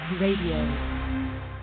Radio